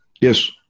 yes